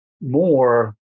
more